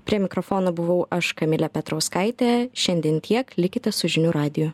prie mikrofono buvau aš kamilė petrauskaitė šiandien tiek likite su žinių radiju